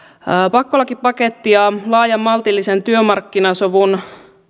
pakkolakipaketti ja laajan maltillisen työmarkkinasovun